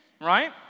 right